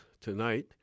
tonight